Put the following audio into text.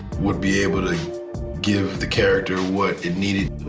would be able to give the character what it needed.